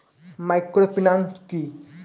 Microfinance কি?